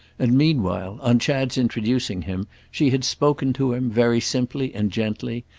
and meanwhile, on chad's introducing him, she had spoken to him, very simply and gently,